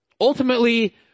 Ultimately